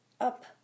up